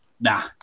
Nah